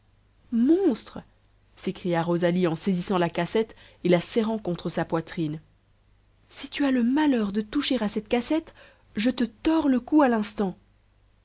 monstre s'écria rosalie en saisissant la cassette et la serrant contre sa poitrine si tu as le malheur de toucher à cette cassette je te tords le cou à l'instant